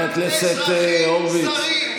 אזרחים זרים.